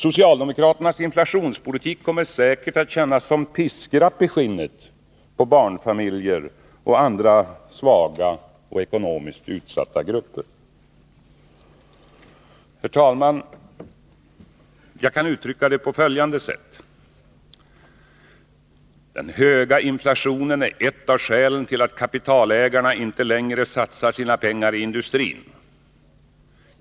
Socialdemokraternas inflationspolitik kommer säkert att kännas som piskrapp i skinnet på barnfamiljer och andra svaga och ekonomiskt utsatta grupper. Herr talman! Jag kan uttrycka det på följande sätt: Den höga inflationen är ett av skälen till att kapitalägarna inte längre satsar sina pengar i industrin.